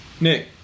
Nick